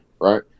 right